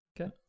Okay